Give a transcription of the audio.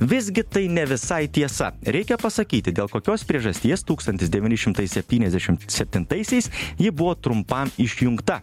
visgi tai ne visai tiesa reikia pasakyti dėl kokios priežasties tūkstantis devyni šimtai septyniasdešimt septintaisiais ji buvo trumpam išjungta